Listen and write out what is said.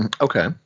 Okay